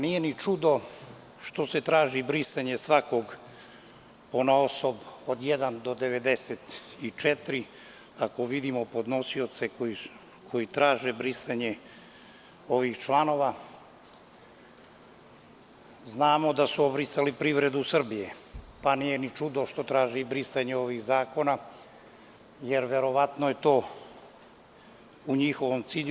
Nije ni čudo što se traži brisanje svakog ponaosob, od jedan do 94, ako vidimo podnosioce koji traže brisanje ovih članova, znamo da su obrisali privredu Srbije, pa nije ni čudo što traže i brisanje ovih zakona, jer verovatno je to u njihovom cilju.